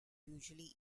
usually